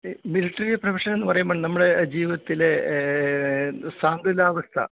military പ്രൊഫെഷനെന്ന് പറയുമ്പോൾ നമ്മൾ ജീവിതത്തിൽ സന്തുലിതാവസ്ഥ